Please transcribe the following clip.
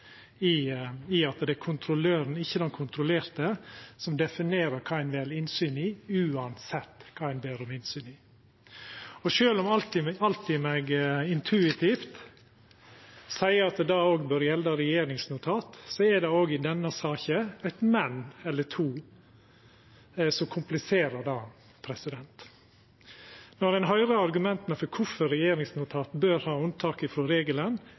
i at det er kontrolløren, ikkje den kontrollerte, som definerer kva ein vil ha innsyn i, uansett kva ein ber om innsyn i. Sjølv om alt i meg intuitivt seier at det òg bør gjelda regjeringsnotat, er det òg i denne saka eit «men» eller to som kompliserer det. Når ein høyrer argumenta for kvifor regjeringsnotat bør ha unntak frå regelen,